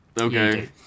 Okay